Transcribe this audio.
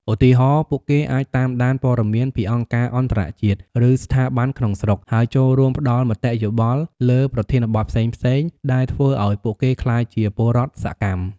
ឧទាហរណ៍ ពួកគេអាចតាមដានព័ត៌មានពីអង្គការអន្តរជាតិ ឬស្ថាប័នក្នុងស្រុក ហើយចូលរួមផ្តល់មតិយោបល់លើប្រធានបទផ្សេងៗ ដែលធ្វើឱ្យពួកគេក្លាយជាពលរដ្ឋសកម្ម ។